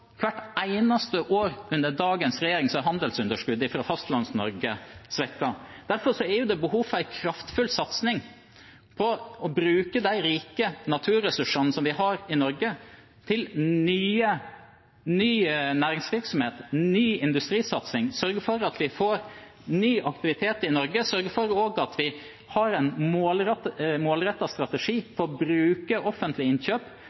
Hvert eneste år under dagens regjering er handelsunderskuddet for Fastlands-Norge svekket. Derfor er det behov for en kraftfull satsing på å bruke de rike naturressursene vi har i Norge, til ny næringsvirksomhet, ny industrisatsing, sørge for at vi får ny aktivitet i Norge, sørge for at vi har en målrettet strategi for å bruke offentlige innkjøp